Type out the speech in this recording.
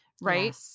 Right